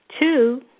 Two